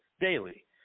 daily